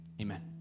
Amen